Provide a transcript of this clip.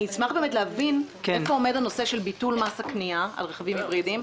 אשמח להבין איפה עומד הנושא של ביטול מס הקנייה על רכבים היברידיים,